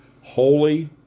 Holy